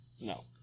no